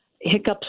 hiccups